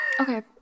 Okay